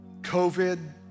COVID